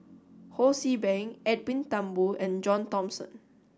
Ho See Beng Edwin Thumboo and John Thomson